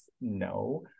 No